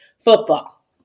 football